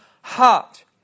heart